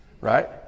Right